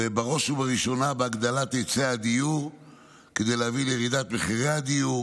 ובראש ובראשונה בהגדלת נכסי הדיור כדי להביא לירידת מחירי הדיור.